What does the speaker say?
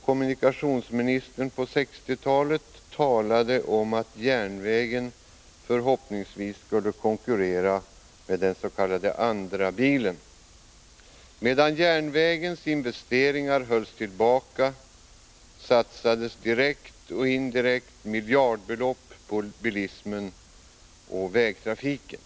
Kommunikationsministern på 1960-talet uttalade att järnvägen förhoppningsvis skulle konkurrera med den s.k. andrabilen. Medan järnvägens investeringar hölls tillbaka satsades direkt och indirekt miljardbelopp på bilismen och vägtrafiken.